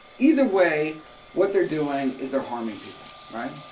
either way what they're doing is they're harming people, right?